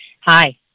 Hi